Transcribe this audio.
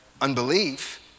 unbelief